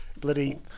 bloody